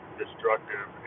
destructive